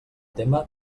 tema